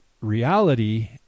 reality